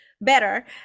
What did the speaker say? better